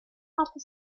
project